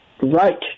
right